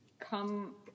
come